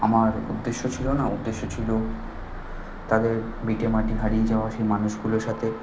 আমার উদ্দেশ্য ছিলো না উদ্দেশ্য ছিলো তাদের ভিটেমাটি হারিয়ে যাওয়া সেই মানুষগুলোর সাথে